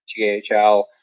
ghl